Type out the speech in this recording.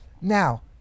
Now